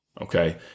Okay